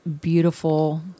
beautiful